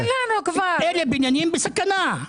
שאלה בניינים בסכנה.